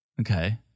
Okay